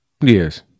Yes